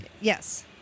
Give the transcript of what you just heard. Yes